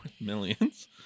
millions